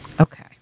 Okay